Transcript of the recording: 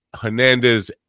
hernandez